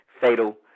Fatal